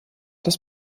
das